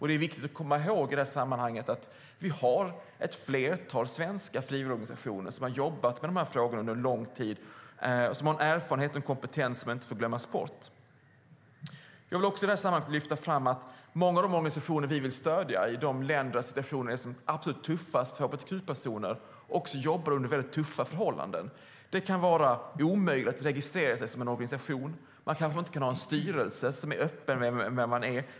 Det är viktigt att komma ihåg i sammanhanget att vi har ett flertal frivilligorganisationer som jobbat med de frågorna under lång tid och har en erfarenhet och kompetens som inte får glömmas bort. Jag vill också i sammanhanget lyfta fram att många av de organisationer vi vill stöda finns i länder där situationen är absolut tuffast för hbtq-personer och där man jobbar under väldigt tuffa förhållanden. Det kan vara omöjligt att registrera sig som en organisation. Man kanske inte kan ha en styrelse som är öppen med vem man är.